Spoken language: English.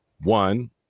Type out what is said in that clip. One